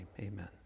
amen